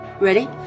Ready